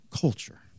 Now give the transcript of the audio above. culture